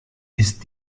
ist